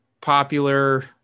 popular